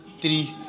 three